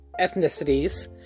ethnicities